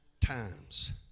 times